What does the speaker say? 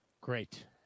Great